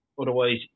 Otherwise